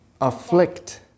Afflict